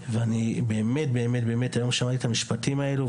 ואני באמת באמת היום שמעתי את המשפטים האלו,